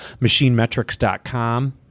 machinemetrics.com